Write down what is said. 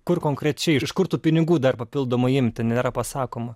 kur konkrečiai ir iš kur tų pinigų dar papildomai imti nėra pasakoma